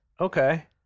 Okay